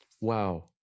Wow